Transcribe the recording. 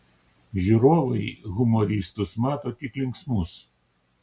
žiūrovai humoristus mato tik linksmus